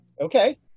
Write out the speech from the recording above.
Okay